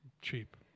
Cheap